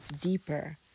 deeper